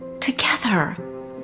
Together